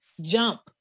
jump